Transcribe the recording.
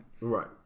Right